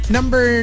Number